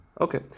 Okay